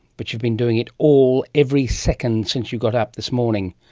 but you've been doing it all every second since you got up this morning.